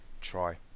try